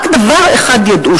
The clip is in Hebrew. רק דבר אחד ידעו,